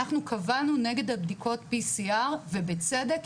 אנחנו קבענו נגד הבדיקות PCR, ובצדק.